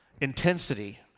intensity